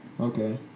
Okay